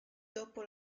dopo